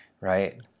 right